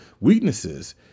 weaknesses